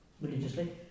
religiously